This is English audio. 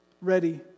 ready